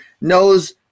knows